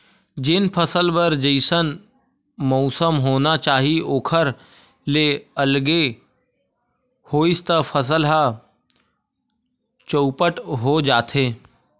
जेन फसल बर जइसन मउसम होना चाही ओखर ले अलगे होइस त फसल ह चउपट हो जाथे